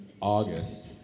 August